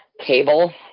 cable